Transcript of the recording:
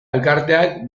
elkarteak